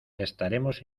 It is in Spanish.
estaremos